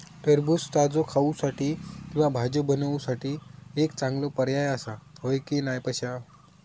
टरबूज ताजो खाऊसाठी किंवा भाजी बनवूसाठी एक चांगलो पर्याय आसा, होय की नाय पश्या?